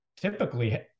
typically